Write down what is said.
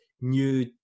new